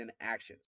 actions